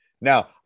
now